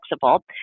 flexible